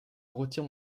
retire